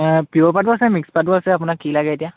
পিয়ৰ পাতো আছে মিক্স পাতো আপোনাক কি লাগে এতিয়া